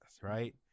right